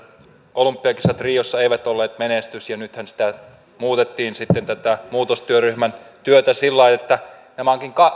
olympiakisat riossa eivät olleet menestys ja nythän muutettiin tätä muutostyöryhmän työtä niin että nämä tulokset ovatkin